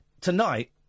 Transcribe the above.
tonight